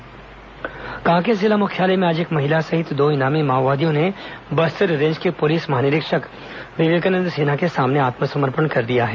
माओवादी समर्पण गिरफ्तार कांकेर जिला मुख्यालय में आज एक महिला सहित दो इनामी माओवादियों ने बस्तर रेंज के पुलिस महानिरीक्षक विवेकानंद सिन्हा के सामने आत्मसमर्पण कर दिया है